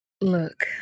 look